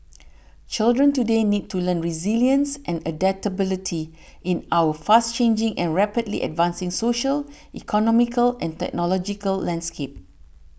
children today need to learn resilience and adaptability in our fast changing and rapidly advancing social economical and technological landscape